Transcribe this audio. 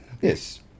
Yes